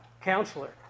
Counselor